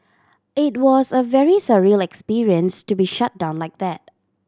it was a very surreal experience to be shut down like that